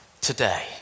Today